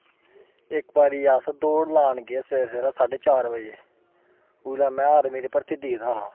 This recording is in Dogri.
इक बारी अस दौड़ लान गे सवेरै सवेरै साड्डे चार बजे उल्लै मैं आर्मी दी भर्थी दिखदा हा